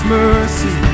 mercy